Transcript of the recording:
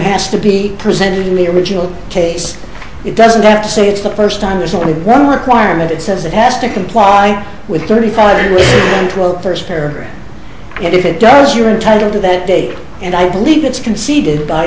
has to be presented in the original case it doesn't have to say it's the first time there's only one requirement it says it has to comply with thirty five hundred twelve first fair get it doris you're entitled to that date and i believe it's conceded by